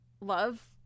love